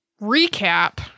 recap